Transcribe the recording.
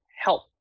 help